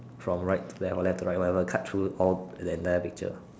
from right to left or left to right whatever cut through all the entire picture